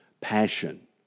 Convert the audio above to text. passion